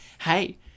Hey